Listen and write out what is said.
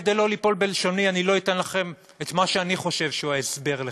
כדי לא ליפול בלשוני אני לא אתן לכם את מה שאני חושב שהוא ההסבר לכך,